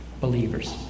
believers